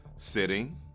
sitting